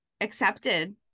accepted